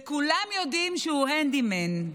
וכולם יודעים שהוא הנדימן.